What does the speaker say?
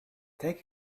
take